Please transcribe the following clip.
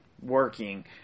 working